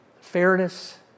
fairness